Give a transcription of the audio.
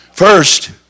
First